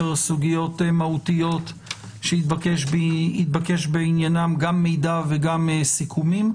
סוגיות מהותיות שהתבקש בעניינן גם מידע וגם סיכומים.